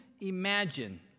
imagine